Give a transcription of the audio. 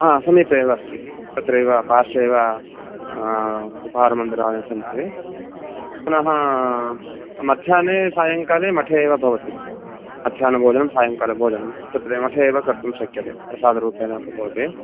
हा समीपे एव अस्ति तत्रैव पार्श्वे एव उपहारमन्दिराणि सन्ति पुनः मध्याह्ने सायङ्काले मठे एव भवति मध्याह्नभोजनं सायङ्कालभोजनं तत्र मठे एव कर्तुं शक्यते प्रसादरूपेण अपि भवति